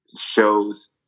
shows